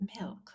milk